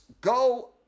go